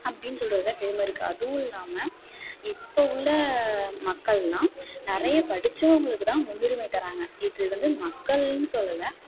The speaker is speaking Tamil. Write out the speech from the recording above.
அப்டின்னு சொல்றதில் பெருமை இருக்கு அதுவும் இல்லாமல் இப்போ உள்ள மக்கள் எல்லாம் நிறைய படித்தவங்களுக்கு தான் முன்னுரிமை தராங்க இது வந்து மக்கள்னு சொல்லலை